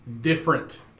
different